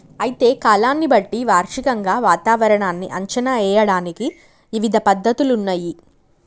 అయితే కాలాన్ని బట్టి వార్షికంగా వాతావరణాన్ని అంచనా ఏయడానికి ఇవిధ పద్ధతులున్నయ్యి